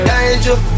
Danger